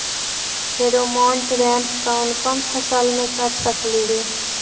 Pheromone trap कोन कोन फसल मे कर सकली हे?